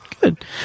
Good